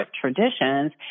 traditions